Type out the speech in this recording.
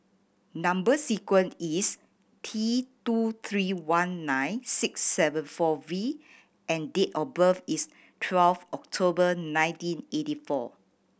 number sequence is T two three one nine six seven four V and date of birth is twelve October nineteen eighty four